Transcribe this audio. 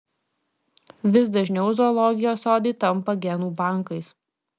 vis dažniau zoologijos sodai tampa genų bankais